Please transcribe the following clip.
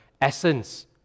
essence